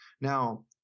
now